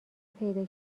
پیدا